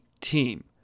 team